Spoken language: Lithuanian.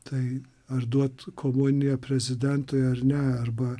tai ar duot komuniją prezidentui ar ne arba